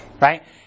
right